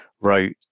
wrote